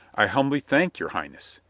i humbly thank your highness.